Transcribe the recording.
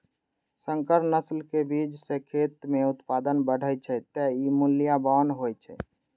संकर नस्ल के बीज सं खेत मे उत्पादन बढ़ै छै, तें ई मूल्यवान होइ छै